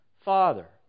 Father